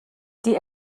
die